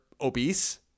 obese